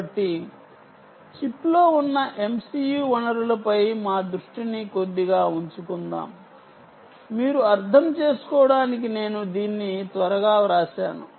కాబట్టి చిప్లో ఉన్న MCU వనరులపై మా దృష్టిని కొద్దిగా ఉంచుకుందాం మీరు అర్థం చేసుకోవడానికి నేను దీన్ని త్వరగా వ్రాశాను